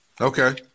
Okay